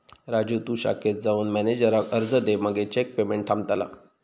राजू तु शाखेत जाऊन मॅनेजराक अर्ज दे मगे चेक पेमेंट थांबतला